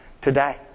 today